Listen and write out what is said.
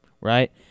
right